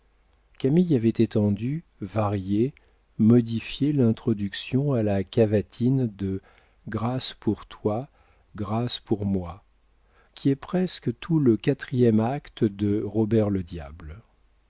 camille avait étendu varié modifié l'introduction à la cavatine de grâce pour toi grâce pour moi qui est presque tout le quatrième acte de robert le diable elle